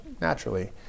naturally